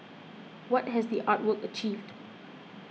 what has the art work achieved